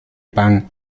pan